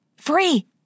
Free